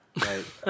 Right